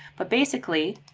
but basically,